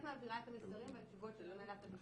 אני בהחלט מעבירה את המסרים והתשובות של הנהלת המשרד.